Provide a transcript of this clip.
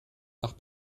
nach